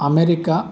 America